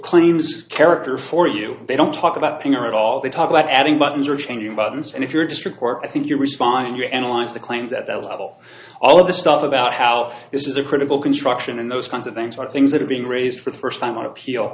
claims character for you they don't talk about thing at all they talk about adding buttons or changing bottoms and if you're just report i think you respond you analyze the claims at that level all of the stuff about how this is a critical construction and those kinds of things are things that are being raised for the first time on appeal